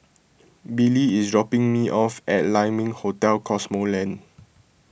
Billie is dropping me off at Lai Ming Hotel Cosmoland